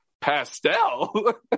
pastel